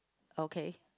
okay